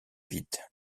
witte